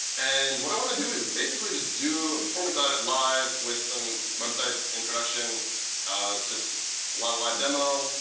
and what i want to do is basically just do a performance audit live with some websites in production. it's just a lot of live demo.